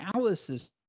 analysis